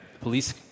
police